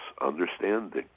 understanding